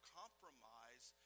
compromise